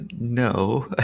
no